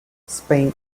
spain